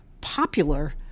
popular